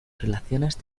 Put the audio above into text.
relaciones